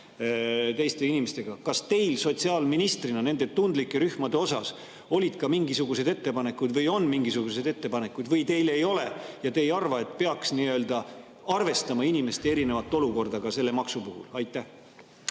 Kas teil sotsiaalministrina nende tundlike rühmade kohta olid ka mingisugused ettepanekud või on mingisuguseid ettepanekuid või teil ei ole ja te ei arva, et peaks arvestama inimeste erinevat olukorda ka selle maksu puhul? Aitäh!